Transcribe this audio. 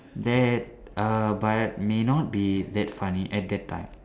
that uh but may not be that funny at that time